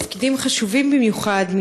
תפקידים חשובים במיוחד,